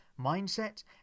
mindset